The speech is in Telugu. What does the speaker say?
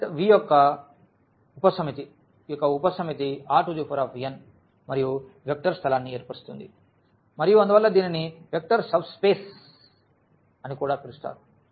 ఈ V సెట్ V యొక్క ఉపసమితి ఈ యొక్క ఉపసమితి Rn మరియు వెక్టర్ స్థలాన్ని ఏర్పరుస్తుంది మరియు అందువల్ల దీనిని వెక్టర్ సబ్స్పేస్ అని కూడా పిలుస్తారు